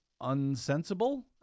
unsensible